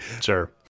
Sure